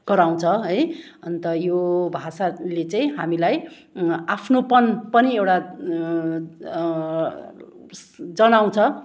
गराउँछ है अन्त यो भाषाले चाहिँ हामीलाई आफ्नोपन पनि एउटा जनाउँछ